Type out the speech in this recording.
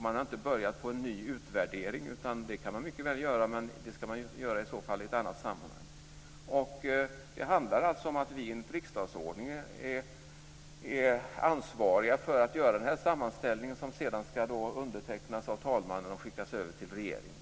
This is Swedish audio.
Man har inte börjat på en ny utvärdering. Det kan man ju mycket väl göra, men i så fall i ett annat sammanhang. Det handlar alltså om att vi enligt riksdagsordningen är ansvariga för att göra denna sammanställning, som sedan ska undertecknas av talmannen och skickas över till regeringen.